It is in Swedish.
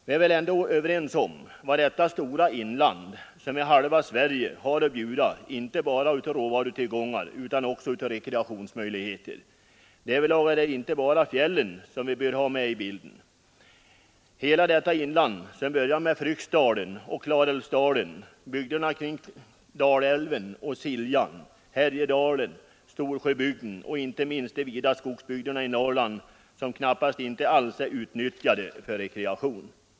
Vi är väl ändå överens om vad detta stora inland, som utgör halva Sverige, har att bjuda inte bara i form av råvarutillgångar utan också när det gäller rekreationsmöjligheter. Därvidlag är det inte bara fjällen som vi bör ha med i bilden. Hela detta inland, som börjar med Fryksdalen och Klarälvsdalen och som fortsätter med bygderna kring Dalälven och Siljan, Härjedalen, Storsjöbygden och inte minst de vida skogsbygderna i Norrland, är knappast alls utnyttjat för rekreation.